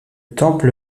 temple